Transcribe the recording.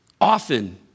Often